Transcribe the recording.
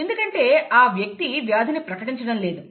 ఎందుకంటే ఆ వ్యక్తి వ్యాధిని ప్రకటించడం లేదు